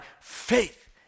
faith